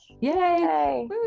Yay